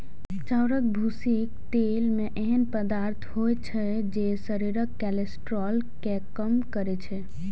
चाउरक भूसीक तेल मे एहन पदार्थ होइ छै, जे शरीरक कोलेस्ट्रॉल कें कम करै छै